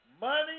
money